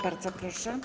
Bardzo proszę.